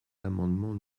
l’amendement